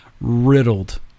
riddled